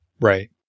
Right